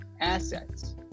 assets